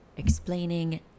Explaining